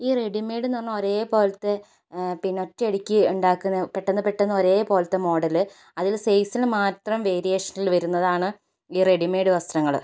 ഈ റെഡിമേഡെന്ന് പറഞ്ഞാൽ ഒരേ പോലത്തെ പിന്നെ ഒറ്റയടിക്ക് ഉണ്ടാക്കുന്ന പെട്ടെന്ന് പെട്ടെന്ന് ഒരേ പോലത്തെ മോഡല് അതില് സൈസിലു മാത്രം വേരിയേഷ്ണിൽ വരുന്നതാണ് ഈ റെഡിമേഡ് വസ്ത്രങ്ങള്